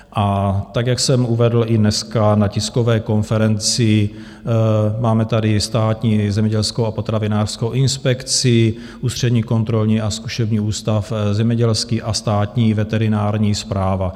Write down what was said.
A jak jsem uvedl i dneska na tiskové konferenci, máme tady Státní zemědělskou a potravinářskou inspekci, Ústřední kontrolní a zkušební ústav zemědělský a Státní veterinární správu.